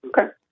Okay